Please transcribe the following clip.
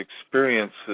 experiences